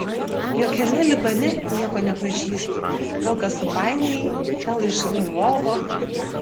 jokiame libane nieko nepažįstu gal ką supainiojai gal iš lvovo